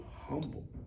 humble